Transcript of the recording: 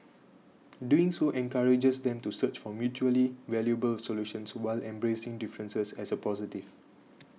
doing so encourages them to search for mutually valuable solutions while embracing differences as a positive